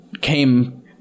came